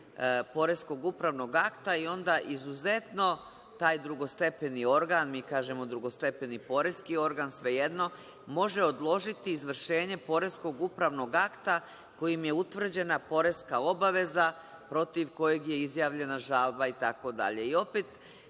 poreskog upravnog akta i onda izuzetno taj drugostepeni organ, mi kažemo drugostepeni poreski organ, svejedno, može odložiti izvršenje poreskog upravnog akta kojim je utvrđena poreska obaveza, protiv kojeg je izjavljena žalba itd. Opet